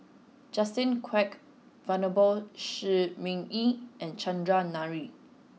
Justin Quek Venerable Shi Ming Yi and Chandran Nair